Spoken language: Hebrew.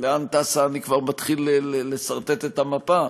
לאן טסה, אני כבר מתחיל לסרטט את המפה?